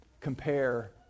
compare